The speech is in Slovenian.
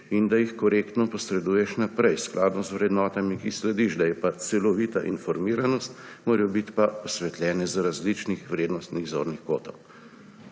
in da jih korektno posreduješ naprej, skladno z vrednotami, ki jim slediš, da je celovita informiranost, morajo biti pa osvetljene z različnih vrednostnih zornih kotov.